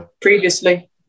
previously